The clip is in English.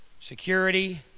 security